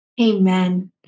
Amen